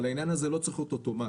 אבל העניין הזה לא צריך להיות אוטומט,